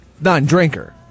Non-drinker